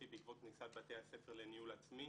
בעקבות כניסת בתי הספר לניהול עצמי,